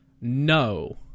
No